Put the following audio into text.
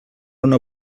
una